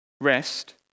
Rest